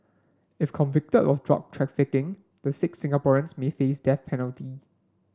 if convicted of drug trafficking the six Singaporeans may face death penalty